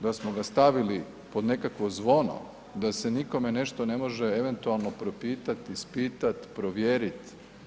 Da smo ga stavili pod nekakvo zvono, da se nikome nešto ne može eventualno propitati, ispitat, provjerit?